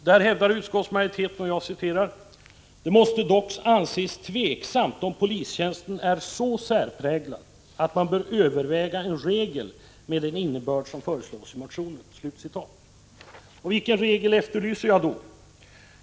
Där hävdar utskottsmajoriteten: ”Det måste dock anses tveksamt om polistjänsten är så särpräglad att man bör överväga en regel med den innebörd som föreslås i Vilken regel efterlyser jag då?